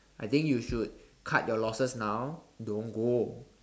I think you should cut your losses now don't go